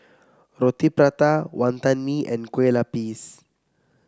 Roti Prata Wantan Mee and Kue Lupis